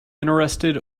interested